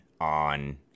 on